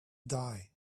die